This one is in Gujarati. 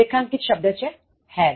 રેખાંકિત શબ્દ છે hairs